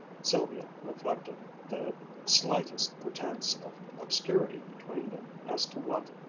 sylvia reflected, the slightest pretense of obscurity between them as to what,